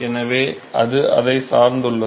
எனவே அது அதை சார்ந்துள்ளது